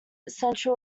central